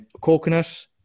coconut